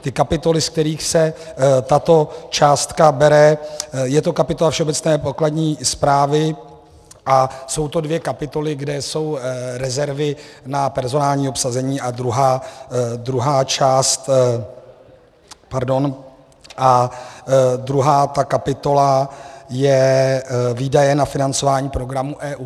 Ty kapitoly, z kterých se tato částka bere je to kapitola Všeobecné pokladní správy a jsou to dvě kapitoly, kde jsou rezervy na personální obsazení, a druhá ta kapitola je Výdaje na financování programů EU.